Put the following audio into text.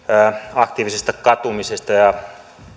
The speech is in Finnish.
aktiivisesta katumisesta ja